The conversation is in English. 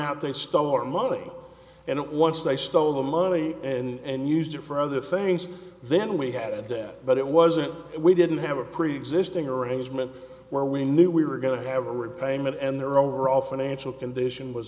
out they stole our money and it once they stole the money and used it for other things then we had it but it wasn't we didn't have a preexisting arrangement where we knew we were going to have a repayment and their overall financial condition was